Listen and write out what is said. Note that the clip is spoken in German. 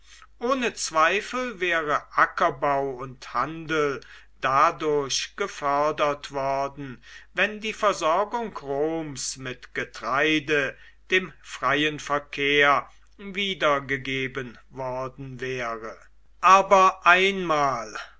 ohne zweifel wäre ackerbau und handel dadurch gefördert worden wenn die versorgung roms mit getreide dem freien verkehr wiedergegeben worden wäre aber einmal